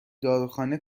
داروخانه